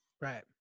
Right